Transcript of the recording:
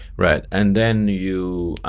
right and then you,